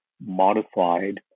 modified